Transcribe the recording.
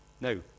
No